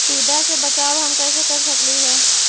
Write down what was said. टीडा से बचाव हम कैसे कर सकली हे?